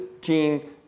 gene